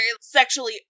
sexually